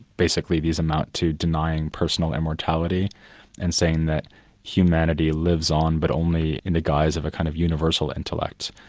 basically these amount to denying personal immortality and saying that humanity lives on, but only in the guise of a kind of universal intellect